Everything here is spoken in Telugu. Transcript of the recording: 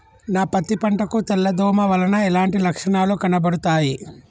నా పత్తి పంట కు తెల్ల దోమ వలన ఎలాంటి లక్షణాలు కనబడుతాయి?